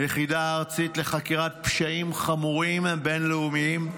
היחידה הארצית לחקירת פשעים חמורים בין-לאומיים.